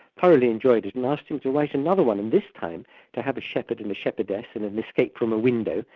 thoroughly enjoyed it and asked him to write another one, and this time to have a shepherd and a shepherdess and an escape from a window.